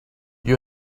you